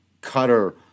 cutter